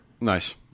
Nice